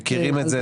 מכירים את זה,